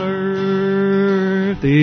earth